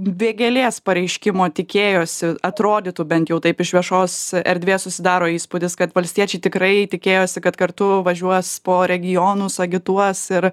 vėgėlės pareiškimo tikėjosi atrodytų bent jau taip iš viešos erdvės susidaro įspūdis kad valstiečiai tikrai tikėjosi kad kartu važiuos po regionus agituos ir